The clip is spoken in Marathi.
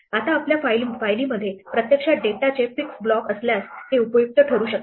आता आपल्या फायलीमध्ये प्रत्यक्षात डेटाचे फिक्स ब्लॉक असल्यास हे उपयुक्त ठरू शकते